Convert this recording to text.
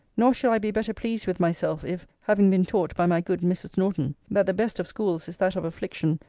nor should i be better pleased with myself, if, having been taught by my good mrs. norton, that the best of schools is that of affliction,